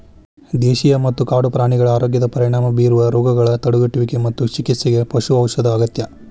ದೇಶೇಯ ಮತ್ತ ಕಾಡು ಪ್ರಾಣಿಗಳ ಆರೋಗ್ಯದ ಪರಿಣಾಮ ಬೇರುವ ರೋಗಗಳ ತಡೆಗಟ್ಟುವಿಗೆ ಮತ್ತು ಚಿಕಿತ್ಸೆಗೆ ಪಶು ಔಷಧ ಅಗತ್ಯ